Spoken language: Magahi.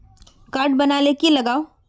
कार्ड बना ले की लगाव?